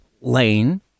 lane